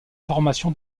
formation